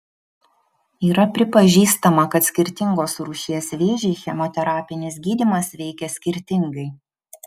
yra pripažįstama kad skirtingos rūšies vėžį chemoterapinis gydymas veikia skirtingai